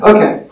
Okay